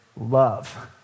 love